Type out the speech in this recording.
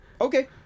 Okay